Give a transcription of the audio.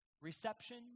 reception